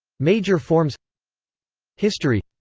major forms history